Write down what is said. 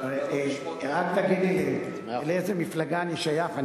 רק תגיד לי לאיזו מפלגה אני שייך,